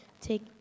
take